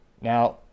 Now